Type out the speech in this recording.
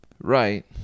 right